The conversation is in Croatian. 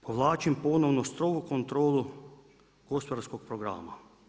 Povlačim ponovno strogu kontrolu gospodarskog programa.